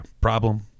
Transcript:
problem